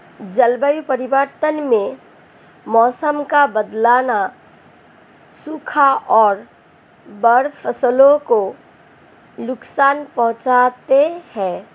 जलवायु परिवर्तन में मौसम का बदलना, सूखा और बाढ़ फसलों को नुकसान पहुँचाते है